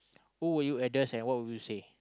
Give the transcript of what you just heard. who would you address and what would you say